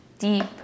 deep